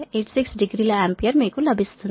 86 degree ల ampere మీకు లభిస్తుంది